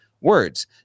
words